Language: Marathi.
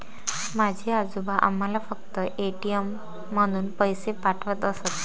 माझे आजोबा आम्हाला फक्त ए.टी.एम मधून पैसे पाठवत असत